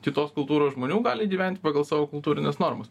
kitos kultūros žmonių gali gyventi pagal savo kultūrines normas